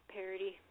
parody